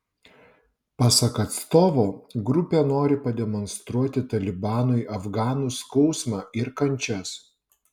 pasak atstovo grupė nori pademonstruoti talibanui afganų skausmą ir kančias